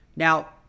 Now